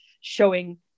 showing